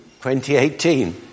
2018